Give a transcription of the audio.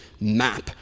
map